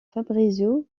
fabrizio